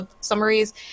summaries